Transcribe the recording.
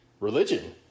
religion